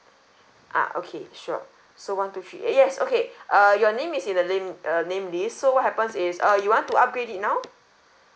ah okay sure so one two three A yes okay uh your name is in the name uh name list so what happens is uh you want to upgrade it now